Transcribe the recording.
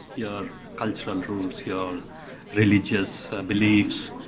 your cultural roots, your religious beliefs.